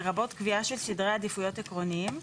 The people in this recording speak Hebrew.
לרבות קביעה של סדרי עדיפויות עקרוניים,